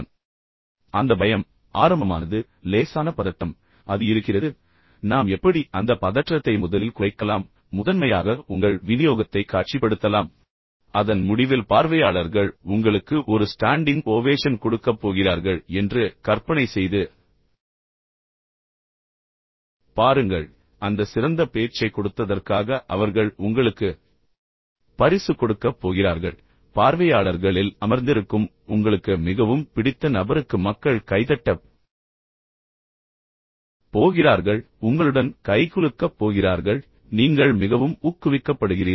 எனவே அந்த பயம் ஆரம்பமானது லேசான பதட்டம் அது இருக்கிறது நாம் எப்படி அந்த பதற்றத்தை முதலில் குறைக்கலாம் மற்றும் முதன்மையாக உங்கள் விநியோகத்தை காட்சிப்படுத்தலாம் அதன் முடிவில் பார்வையாளர்கள் உங்களுக்கு ஒரு ஸ்டாண்டிங் ஓவேஷன் கொடுக்கப் போகிறார்கள் என்று கற்பனை செய்து பாருங்கள் அந்த சிறந்த பேச்சை கொடுத்ததற்காக அவர்கள் உங்களுக்கு பரிசு கொடுக்கப் போகிறார்கள் பார்வையாளர்களில் அமர்ந்திருக்கும் உங்களுக்கு மிகவும் பிடித்த நபருக்கு மக்கள் கைதட்டப் போகிறார்கள் உங்களுடன் கைகுலுக்கப் போகிறார்கள் நீங்கள் மிகவும் ஊக்குவிக்கப்படுகிறீர்கள்